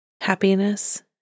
happiness